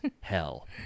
hell